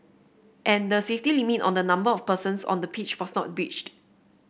and the safety limit on the number of persons on the pitch was not breached